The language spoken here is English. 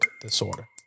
disorder